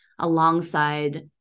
alongside